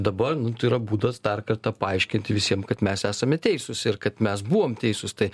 dabar nu tai yra būdas dar kartą paaiškinti visiem kad mes esame teisūs ir kad mes buvom teisūs tai